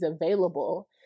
available